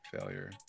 failure